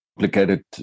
Complicated